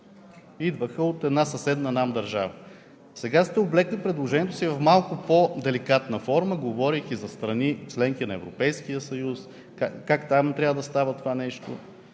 идваха от съседна нам държава. Сега сте облекли предложението си в малко по-деликатна форма, говорейки за страни – членки на Европейския съюз, как там трябва да става това нещо.